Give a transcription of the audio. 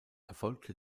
erfolgte